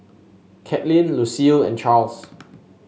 Katlin Lucile and Charles